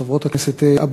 חברות הכנסת,